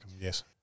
Yes